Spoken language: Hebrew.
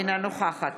אינה נוכחת